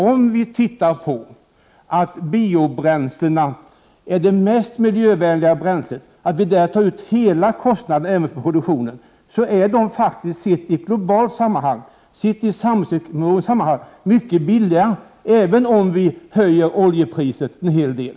Om vi tar hänsyn till att biobränslena är de mest miljövänliga bränslena och att vi där tar ut hela kostnaden för produktionen är det faktiskt, sett i ett globalt samhällsekonomiskt perspektiv, mycket billigare än oljan, även om vi höjer oljepriset en hel del.